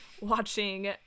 watching